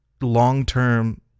long-term